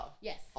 Yes